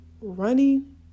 running